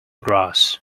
grass